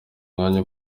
mwanya